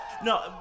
No